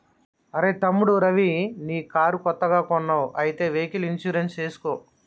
అరెయ్ తమ్ముడు రవి నీ కారు కొత్తగా కొన్నావ్ అయితే వెహికల్ ఇన్సూరెన్స్ చేసుకో